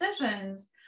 decisions